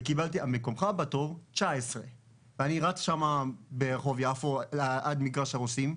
וקיבלתי "מקומך בתור 19". אני רץ שם ברחוב יפו עד מגרש הרוסים,